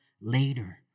later